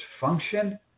function